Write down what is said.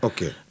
Okay